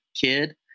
kid